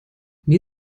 mir